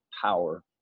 power